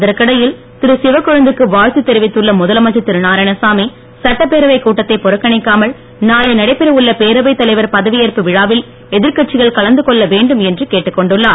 இதற்கிடையில் திரு சிவக்கொழுந்துக்கு வாழ்த்து தெரிவித்துள்ள முதலமைச்சர் திரு நாராயணசாமி சட்டப்பேரவைக் கூட்டத்தை புறக்கணிக்காமல் நாளை நடைபெற உள்ள பேரவை தலைவர் பதவி ஏற்பு விழாவில் எதிர்கட்சிகள் கலந்து கொள்ள வேண்டும் என்று கேட்டுக் கொண்டுள்ளார்